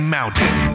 Mountain